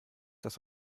das